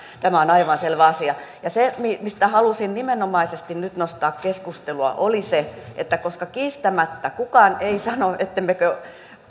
tämä on aivan selvä asia se mistä halusin nimenomaisesti nyt nostaa keskustelua oli se että koska kiistämättä kukaan ei sano ettemmekö